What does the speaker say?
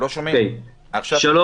שלום.